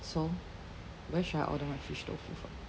so where should I order my fish tofu from